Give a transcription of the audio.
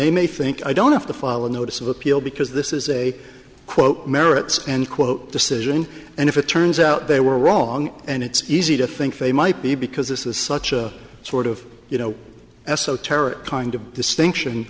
they may think i don't have to follow a notice of appeal because this is a quote merits and quote decision and if it turns out they were wrong and it's easy to think they might be because this is such a sort of you know esoteric kind of distinction